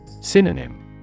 Synonym